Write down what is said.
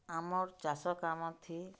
ଆମର୍ ଚାଷ କାମଥି